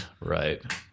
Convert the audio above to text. Right